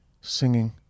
singing